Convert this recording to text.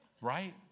right